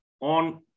on